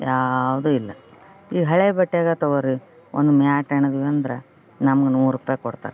ಯಾವುದೂ ಇಲ್ಲ ಈ ಹಳೆ ಬಟ್ಟೆಗ ತಗೋರಿ ಒಂದು ಮ್ಯಾಟ್ ಹೆಣದ್ವಿ ಅಂದ್ರ ನಮ್ಗೆ ನೂರು ರೂಪಾಯಿ ಕೊಡ್ತಾರೆ